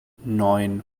neun